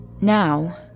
Now